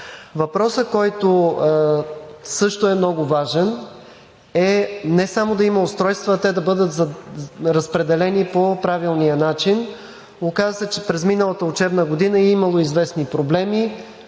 Въпросът, който също е много важен, е не само да има устройства, а те да бъдат разпределени по правилния начин. Оказа се, че през миналата учебна година е имало известни проблеми,